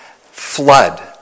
flood